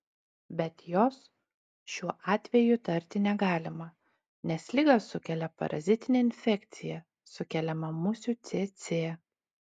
bet jos šiuo atveju įtarti negalima nes ligą sukelia parazitinė infekcija sukeliama musių cėcė